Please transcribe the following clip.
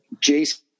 jason